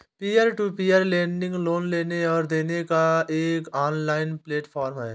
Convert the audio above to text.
peer to peer lending loan लेने और देने का एक ऑनलाइन प्लेटफ़ॉर्म है